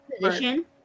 position